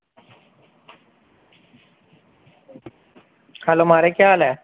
hello महाराज क्या हाल ऐ